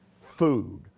food